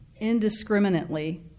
indiscriminately